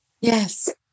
Yes